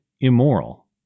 immoral